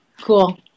Cool